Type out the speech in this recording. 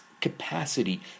capacity